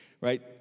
Right